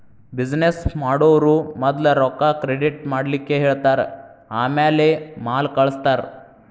business ಮಾಡೊವ್ರು ಮದ್ಲ ರೊಕ್ಕಾ ಕ್ರೆಡಿಟ್ ಮಾಡ್ಲಿಕ್ಕೆಹೆಳ್ತಾರ ಆಮ್ಯಾಲೆ ಮಾಲ್ ಕಳ್ಸ್ತಾರ